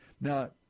Now